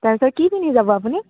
তাৰপাছত কি পিন্ধি যাব আপুনি